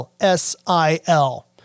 Sil